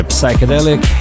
Psychedelic